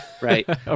Right